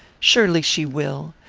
surely she will.